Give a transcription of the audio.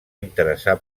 interessar